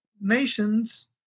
nations